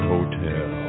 Hotel